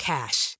Cash